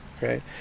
right